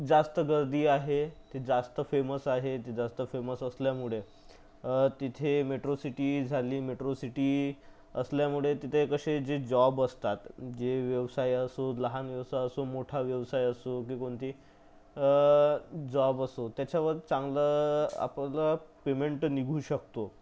जास्त गर्दी आहे ते जास्त फेमस आहेत जास्त फेमस असल्यामुळे तिथे मेट्रो सिटी झाली मेट्रो सिटी असल्यामुळे तिथे कसे जे जॉब असतात जे व्यवसाय असो लहान व्यवसाय असो मोठा व्यवसाय असो जी कोणती जॉब असो त्याच्यावर चांगलं आपलं पेमेंट निघू शकतो